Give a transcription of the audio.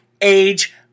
age